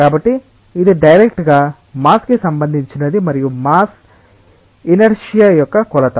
కాబట్టి ఇది డైరెక్ట్ గా మాస్ కి సంబంధించినది మరియు మాస్ ఇనర్శ యొక్క కొలత